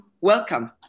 welcome